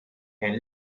and